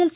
L